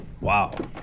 Wow